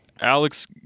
Alex